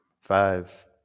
Five